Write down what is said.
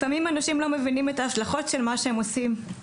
לפעמים אנשים לא מבינים את ההשלכות של מה שהם עושים.